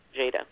Jada